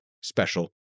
special